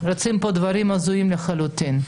רוצים פה דברים הזויים לחלוטין.